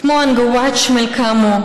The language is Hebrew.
כמו אנגווץ מלקמו,